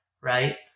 right